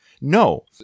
No